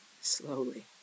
slowly